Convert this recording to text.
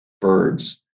birds